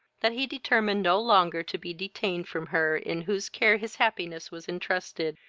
that he determined no longer to be detained from her in whose care his happiness was intrusted,